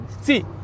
see